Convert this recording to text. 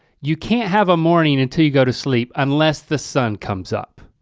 you can't have a morning until you go to sleep unless the sun comes up.